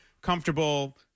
comfortable